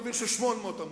נעביר של 800 עמודים,